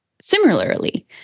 Similarly